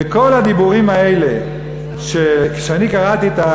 וכל הדיבורים האלה שכשאני קראתי את,